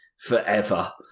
forever